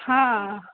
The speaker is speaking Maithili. हँ